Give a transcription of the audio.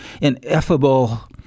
ineffable